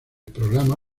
programa